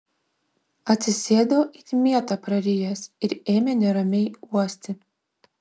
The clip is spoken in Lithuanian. atsisėdo it mietą prarijęs ir ėmė neramiai uosti